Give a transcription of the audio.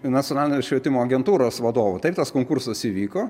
nacionalinio švietimo agentūros vadovo taip tas konkursas įvyko